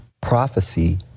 Prophecy